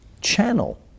channel